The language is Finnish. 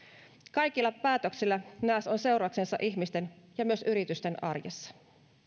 kaikilla päätöksillä näes on seurauksensa ihmisten ja myös yritysten arjessa